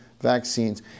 vaccines